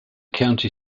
county